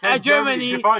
Germany